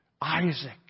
Isaac